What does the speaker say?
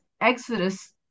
exodus